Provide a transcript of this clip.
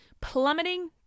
Plummeting